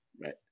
right